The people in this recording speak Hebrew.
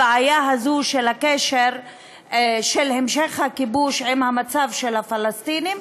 הבעיה הזו של הקשר של המשך הכיבוש עם המצב של הפלסטינים,